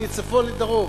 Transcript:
מצפון לדרום,